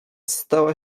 stała